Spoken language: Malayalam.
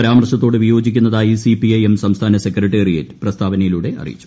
പരമാർശത്തോട് വിയോജിക്കുന്നതായി സിപിഐഎം സംസ്ഥാന സെക്രട്ടേറിയേറ്റ് പ്രസ്താവനയിലൂടെ അറിയിച്ചു